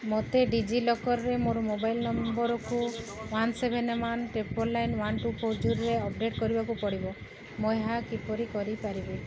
ମୋତେ D G ଲକର୍ରେ ମୋର ମୋବାଇଲ ନମ୍ବରକୁ one seven one triple nine one two four ଜିରୋରେ ଅପଡ଼େଟ୍ କରିବାକୁ ପଡ଼ିବ ମୁଁ ଏହା କିପରି କରିପାରିବି